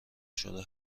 شده